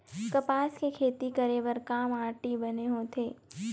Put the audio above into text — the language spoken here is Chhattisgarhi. कपास के खेती करे बर का माटी बने होथे?